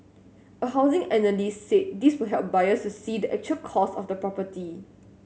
a housing analyst said this will help buyers to see the actual cost of the property